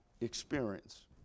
experience